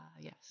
yes